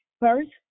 First